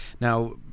now